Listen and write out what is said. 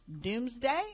doomsday